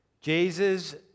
Jesus